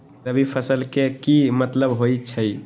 रबी फसल के की मतलब होई छई?